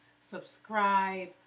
subscribe